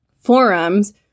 forums